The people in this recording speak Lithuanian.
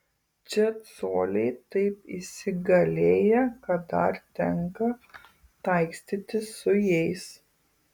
čia coliai taip įsigalėję kad dar tenka taikstytis su jais